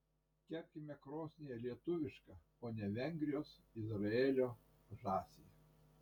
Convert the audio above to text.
kepkime krosnyje lietuvišką o ne vengrijos izraelio žąsį